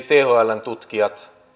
thln tutkijat